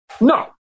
No